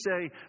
say